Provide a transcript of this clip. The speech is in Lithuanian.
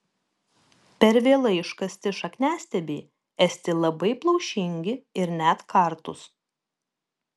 per vėlai iškasti šakniastiebiai esti labai plaušingi ir net kartūs